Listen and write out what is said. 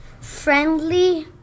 friendly